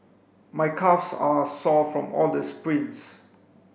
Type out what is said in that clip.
my calves are sore from all the sprints